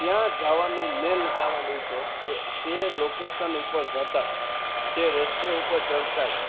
ત્યાં જવાનું મેઈન કારણ એ છે કે તે લોકેશન ઉપર જતાં જ તે રસ્તે ઉપર ચડતાં જ